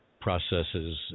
processes